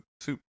soup